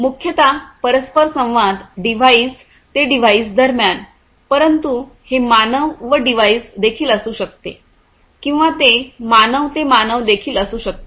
मुख्यतः परस्परसंवाद डिव्हाइस ते डिव्हाइस दरम्यान परंतु हे मानव व डिव्हाइस देखील असू शकते किंवा ते मानव ते मानव देखील असू शकते